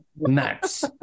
Max